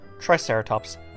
Triceratops